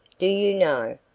do you know,